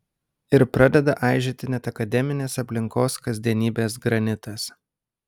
ir pradeda aižėti net akademinės aplinkos kasdienybės granitas